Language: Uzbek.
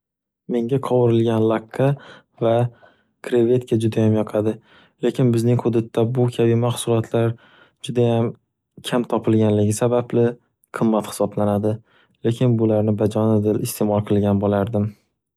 Menga qovirilgan laqqa va krevetka juda ham yoqadi. Lekin bizning hududda bu kabi mahsulotlar judayam kam topilganligi sababli qimmat hisoblanadi, lekin bularni ajonidil isteʼmol qilgan bo'lardim.